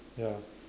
ya